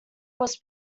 was